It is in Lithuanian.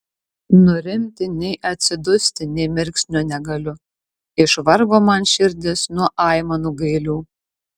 nurimti nei atsidusti nė mirksnio negaliu išvargo man širdis nuo aimanų gailių